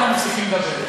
והם לא מפסיקים לדבר,